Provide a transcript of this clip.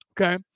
Okay